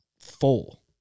full